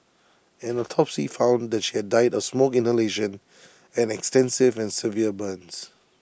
an autopsy found that she had died of smoke inhalation and extensive and severe burns